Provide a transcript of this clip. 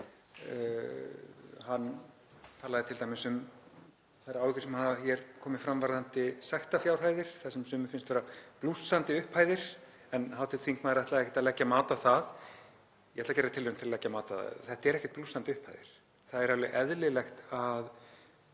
Hann talaði t.d. um þær áhyggjur sem hér hafa komið fram varðandi sektarfjárhæðir sem sumum finnst vera blússandi upphæðir en hv. þingmaður ætlaði ekkert að leggja mat á það. Ég ætla að gera tilraun til að leggja mat á það. Þetta eru ekkert blússandi upphæðir. Það er alveg eðlilegt að